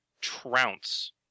trounce